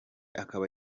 akaba